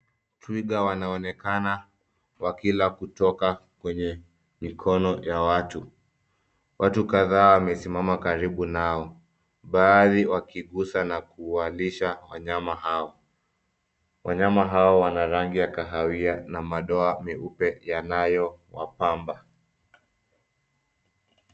Twiga wanaonekana wakila kutoka kwenye mikono ya watu. Watu kadhaa wamesimama karibu nao baadhi wakigusa na kuwalisha wanyama hao. Wanyama hao wanarangi ya kahawia na madoa meupe yanayowapamba.